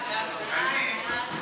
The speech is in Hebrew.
סעיפים 1 3